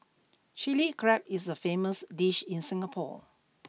Chilli Crab is a famous dish in Singapore